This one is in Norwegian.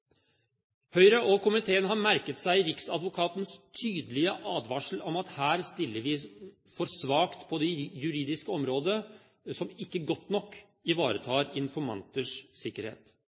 Høyre og komiteen har merket seg riksadvokatens tydelige advarsel om at her stiller vi for svakt på det juridiske området, som ikke godt nok ivaretar informanters sikkerhet.